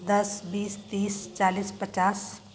दस बीस तीस चालीस पचास